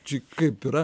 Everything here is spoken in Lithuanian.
čia kaip yra